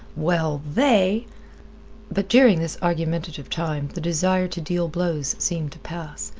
well, they but during this argumentative time the desire to deal blows seemed to pass,